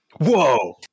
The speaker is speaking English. Whoa